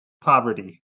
poverty